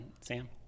Sam